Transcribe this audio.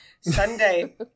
Sunday